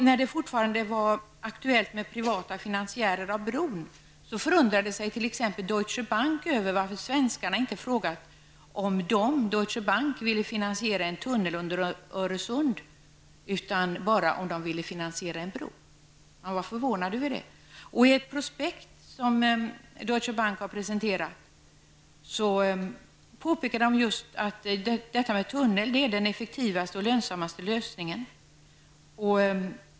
När det fortfarande var aktuellt med privata finansiärer av bron förundrade sig t.ex. Deutsche Bank över varför svenskarna inte frågat om Deutsche Bank ville finansiera en tunnel under Öresund utan bara om den ville finansiera en bro. Man var alltså förvånad över det. I ett prospekt som Deutsche Bank har presenterat påpekar man just att en borrad tunnel under sundet är den effektivaste och lönsammaste lösningen.